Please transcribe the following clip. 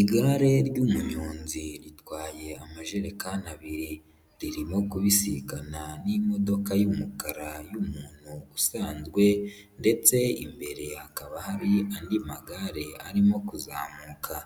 Igare ry'umuyonzi ritwaye amajerekani abiri. Ririmo kubisigana n'imodoka y'umukara y'umuntu usanzwe ndetse imbere hakaba hari andi magare arimo kuzamuka.